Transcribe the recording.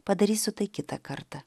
padarysiu tai kitą kartą